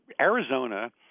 Arizona